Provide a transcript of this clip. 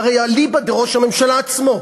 והרי אליבא דראש הממשלה עצמו,